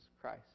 Christ